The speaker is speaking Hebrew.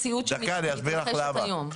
בוא תסביר לי רגע מה המציאות שמתרחשת היום.